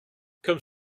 comme